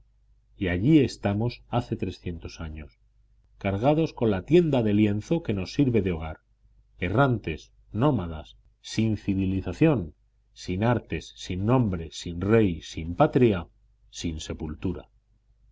y allí estamos hace trescientos años cargados con la tienda de lienzo que nos sirve de hogar errantes nómadas sin civilización sin artes sin nombre sin rey sin patria sin sepultura